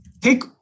Take